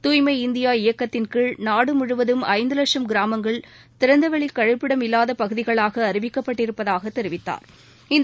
தூய்மை இந்தியா இயக்கத்தின் கீழ் நாடு முழுவதும் ஐந்து லட்சம் கிரராமங்கள் திறந்தவெளி கழிப்பிடம் இல்லாத பகுதிகளாக அறிவிக்கப் பட்டிருப்பதாகத் தெரிவித்தாா்